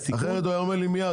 אחרת הוא היה אומר לי מייד.